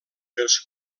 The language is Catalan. els